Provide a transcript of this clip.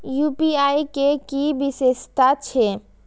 UPI के कि विषेशता छै?